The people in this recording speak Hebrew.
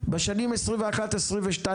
בשנים 2021-2023,